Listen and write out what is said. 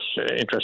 interest